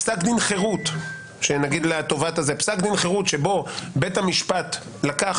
פסק דין חירות שבו בית המשפט לקח